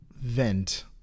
vent